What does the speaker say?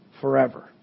forever